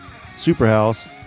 superhouse